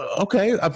okay